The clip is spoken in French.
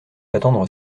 attendre